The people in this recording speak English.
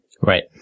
Right